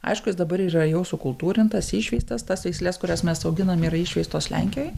aiškus jis dabar yra jau sukultūrintas išveistas tas veisles kurias mes auginam yra išveistos lenkijoj